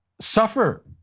suffer